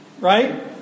Right